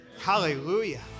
Hallelujah